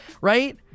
right